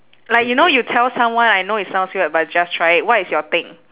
like you know you tell someone I know it sounds weird but just try it what is your thing